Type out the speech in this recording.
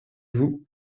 vous